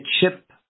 chip